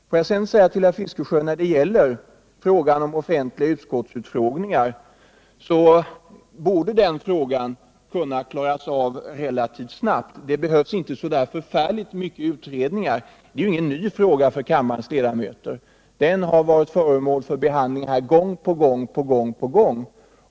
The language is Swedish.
Får jag sedan säga till Bertil Fiskesjö att frågan om de offentliga utskottsutfrågningarna borde kunna klaras av relativt snabbt. Det behövs inte så förfärligt mycket utredningar för det, eftersom det just inte är någon ny fråga för kammarens ledamöter. Den har varit föremål för behandling här i riksdagen gång på gång.